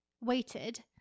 Waited